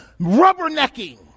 Rubbernecking